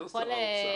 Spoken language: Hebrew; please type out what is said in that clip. לא שר האוצר.